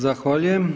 Zahvaljujem.